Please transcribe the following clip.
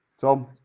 Tom